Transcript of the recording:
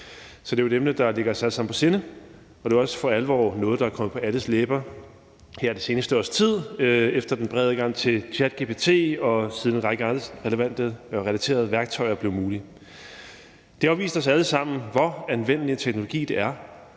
Så det er jo et emne, der ligger os alle sammen på sinde, og det er også for alvor noget, der er kommet på alles læber her det seneste års tid efter den brede adgang til ChatGPT, og siden en række andre relevante og relaterede værktøjer blev mulige. Det har jo vist os alle sammen, hvor anvendelig en teknologi det er,